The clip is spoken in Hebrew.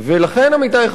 עמיתי חברי הכנסת,